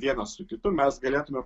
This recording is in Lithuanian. vienas su kitu mes galėtume